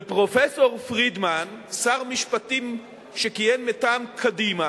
ופרופסור פרידמן, שר משפטים שכיהן מטעם קדימה,